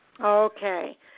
Okay